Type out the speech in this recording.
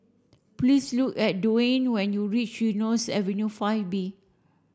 please look at Dewayne when you reach Eunos Avenue five B